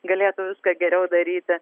galėtų viską geriau daryti